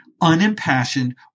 unimpassioned